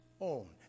own